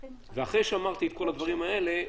אחרי שאמרתי את כל הדברים האלה,